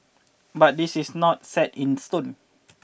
but this is not set in stone